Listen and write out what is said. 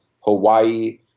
Hawaii